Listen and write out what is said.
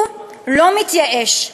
הוא לא מתייאש.